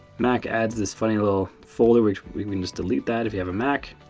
mac adds this funny little folder, which we can just delete that if you have a mac.